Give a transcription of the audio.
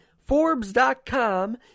Forbes.com